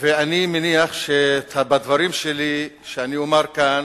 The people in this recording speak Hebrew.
ואני מניח שבדברים שלי, שאני אומר כאן,